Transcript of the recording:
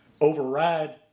override